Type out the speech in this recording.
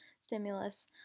stimulus